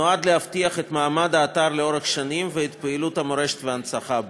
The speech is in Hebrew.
נועדה להבטיח את מעמד האתר לאורך שנים ואת פעילות המורשת וההנצחה בו.